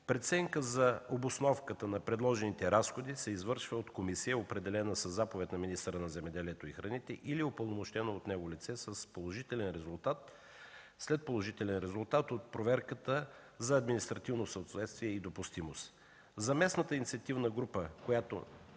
Преценка за обосновката на предложените разходи се извършва от комисия, определена със заповед на министъра на земеделието и храните или упълномощено от него лице след положителен резултат от проверката за административно съответствие и допустимост. За местната инициативна група, която